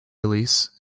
release